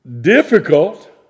difficult